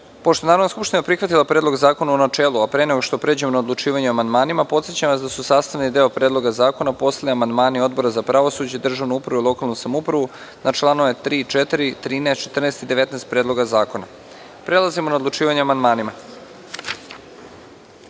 je Narodna skupština prihvatila Predlog zakona u načelu, a pre nego što pređemo na odlučivanje o amandmanima, podsećam vas da su sastavni deo Predloga zakona postali amandmani Odbora za pravosuđe, državnu upravu i lokalnu samoupravu na članove 3, 4, 13, 14. i 19. Predloga zakona. Prelazimo na odlučivanje o amandmanima. Na